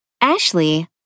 Ashley